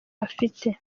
afite